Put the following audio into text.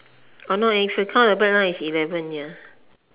oh no if you count the black line is eleven ya